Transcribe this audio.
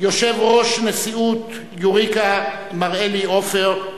יושב-ראש נשיאות "יוריקה" מר אלי אופר,